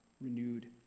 renewed